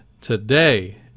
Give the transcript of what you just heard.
today